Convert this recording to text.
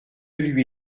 lui